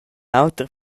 auter